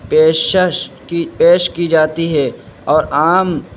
پیشش کی پیش کی جاتی ہے اور عام